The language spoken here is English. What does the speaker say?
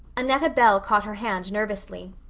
annetta bell caught her hand nervously.